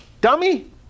dummy